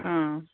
उम